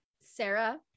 Sarah